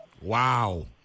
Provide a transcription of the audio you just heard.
Wow